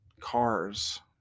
cars